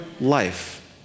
life